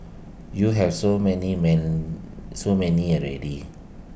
you have so many man so many already